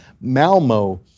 Malmo